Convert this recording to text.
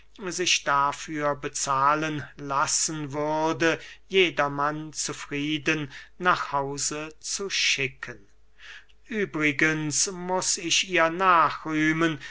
sich dafür bezahlen lassen würde jedermann zufrieden nach hause zu schicken übrigens muß ich ihr nachrühmen